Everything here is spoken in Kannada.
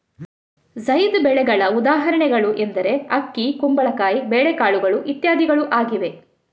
ಝೈದ್ ಬೆಳೆಗಳ ಉದಾಹರಣೆಗಳು ಎಂದರೆ ಅಕ್ಕಿ, ಕುಂಬಳಕಾಯಿ, ಬೇಳೆಕಾಳುಗಳು ಇತ್ಯಾದಿಗಳು ಆಗಿವೆ